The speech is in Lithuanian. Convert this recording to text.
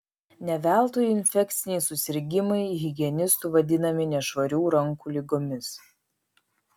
ne veltui infekciniai susirgimai higienistų vadinami nešvarių rankų ligomis